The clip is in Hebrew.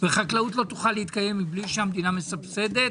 וחקלאות לא תוכל להתקיים מבלי שהמדינה מסבסדת,